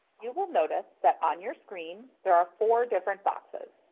you will notice that on your screen there are four different boxes.